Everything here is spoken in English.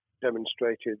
demonstrated